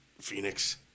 Phoenix